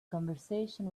conversation